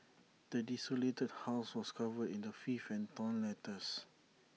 the desolated house was covered in the filth and torn letters